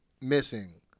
missing